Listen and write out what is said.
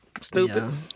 Stupid